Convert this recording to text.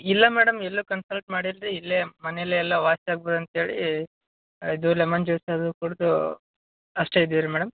ಇಲ್ಲ ಮೇಡಮ್ ಎಲ್ಲೂ ಕನ್ಸಲ್ಟ್ ಮಾಡಿಲ್ಲ ರೀ ಇಲ್ಲೇ ಮನೆಯಲ್ಲೆ ಎಲ್ಲ ವಾಸಿ ಆಗ್ಬೋದು ಅಂತ್ಹೇಳೀ ಇದು ಲೆಮನ್ ಜ್ಯೂಸ್ ಅದು ಕುಡಿದು ಅಷ್ಟೇ ಇದ್ದೀವಿ ರೀ ಮೇಡಮ್